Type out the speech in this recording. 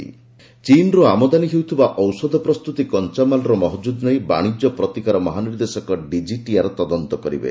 dumping pharma ଚୀନ୍ରୁ ଆମଦାନୀ ହେଉଥିବା ଔଷଧ ପ୍ରସ୍ତୁତି କଞ୍ଚାମାଲ୍ର ମହଜୁଦ୍ ନେଇ ବାଣିଜ୍ୟ ପ୍ରତିକାର ମହାନିର୍ଦ୍ଦେଶକ ଡିଜିଟିଆର୍ ତଦନ୍ତ କରିବେ